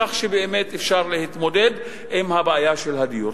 כך שבאמת אפשר יהיה להתמודד עם הבעיה של הדיור.